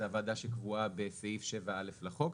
זאת הוועדה שקבועה בסעיף 7(א) לחוק,